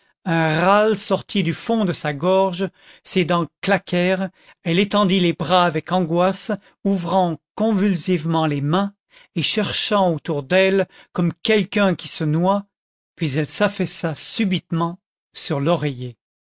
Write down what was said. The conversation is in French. un râle sortit du fond de sa gorge ses dents claquèrent elle étendit les bras avec angoisse ouvrant convulsivement les mains et cherchant autour d'elle comme quelqu'un qui se noie puis elle s'affaissa subitement sur l'oreiller